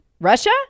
Russia